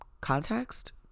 context